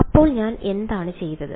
അപ്പോൾ ഞാൻ എന്താണ് ചെയ്തത്